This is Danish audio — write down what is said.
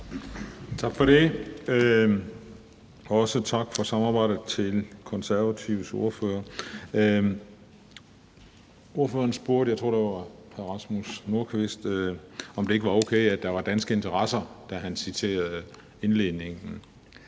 Tak for det, og også tak for samarbejdet til den konservative ordfører. En ordfører – jeg tror, det var hr. Rasmus Nordqvist – spurgte, om det ikke var okay, at der var danske interesser, da han citerede indledningen.